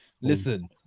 Listen